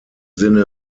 sinne